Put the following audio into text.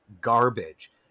garbage